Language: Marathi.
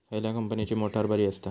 खयल्या कंपनीची मोटार बरी असता?